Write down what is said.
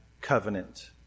covenant